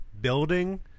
building